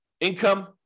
Income